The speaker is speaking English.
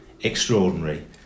extraordinary